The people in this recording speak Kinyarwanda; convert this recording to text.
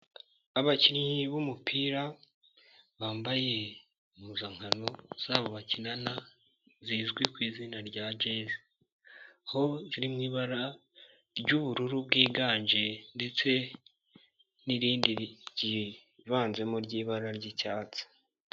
Abakinnyi b'umupira bambaye impuzankano zabo bakinana zizwi ku izina rya jezi. Aho riri mu ibara ry'ubururu bwiganje ndetse n'irindi ryivanzemo ry'ibara ry'icyatsi.